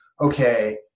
okay